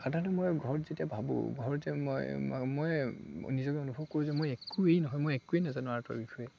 সাধাৰণতে মই ঘৰত যেতিয়া ভাবোঁ ঘৰত যে মই মই নিজকে অনুভৱ কৰোঁ যে মই একোৱেই নহয় মই একোৱেই নাজানো আৰ্টৰ বিষয়ে